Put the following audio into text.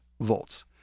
volts